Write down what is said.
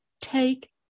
Take